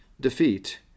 defeat